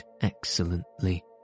excellently